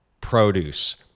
produce